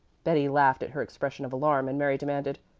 betty laughed at her expression of alarm, and mary demanded,